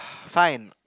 fine